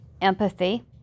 empathy